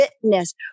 fitness